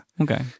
Okay